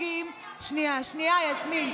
שנייה, שנייה, יסמין.